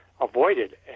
avoided